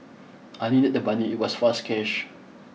I needed the money it was fast cash